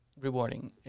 rewarding